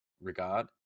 regard